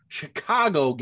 chicago